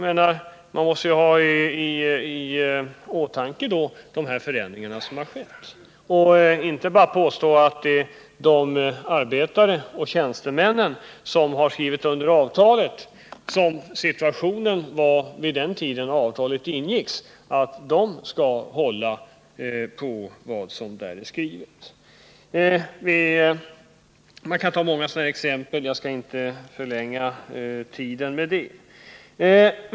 De förändringar som har skett måste man då ha i åtanke, och man skall inte bara påstå att det är de arbetare och tjänstemän som skrivit på avtalet — i den situation som rådde då avtalet ingicks — som skall hålla på vad som där är skrivet. Många sådana exempel kan anföras, och jag skall inte förlänga debatten med det.